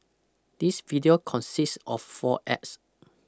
this video consist of four acts